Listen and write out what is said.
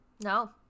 No